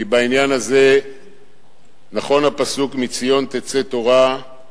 כי בעניין הזה נכון הפסוק "מציון תצא תורה".